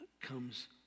comes